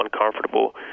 uncomfortable